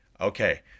Okay